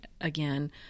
again